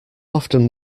often